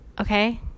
Okay